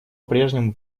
прежнему